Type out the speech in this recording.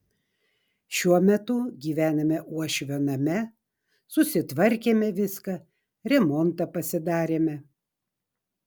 šiuo metu gyvename uošvio name susitvarkėme viską remontą pasidarėme